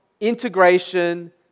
integration